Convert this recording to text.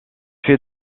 fait